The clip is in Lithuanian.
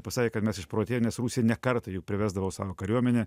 pasakė kad mes išprotėję nes rusija ne kartą juk priversdavo savo kariuomenę